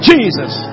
Jesus